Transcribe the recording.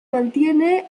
mantiene